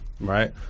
right